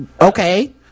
okay